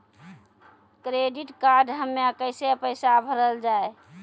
Credit card हम्मे कैसे पैसा भरल जाए?